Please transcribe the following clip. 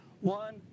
one